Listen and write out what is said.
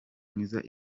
mwiza